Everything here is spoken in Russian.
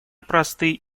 просты